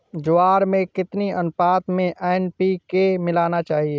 ज्वार में कितनी अनुपात में एन.पी.के मिलाना चाहिए?